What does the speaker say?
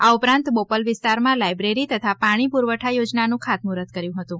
આ ઉપરાંત બોપલ વિસ્તારમાં લાયબ્રેરી તથા પાણી પૂરવઠા યોજનાનું ખાતમુહૂર્ત પણ કર્યું હતું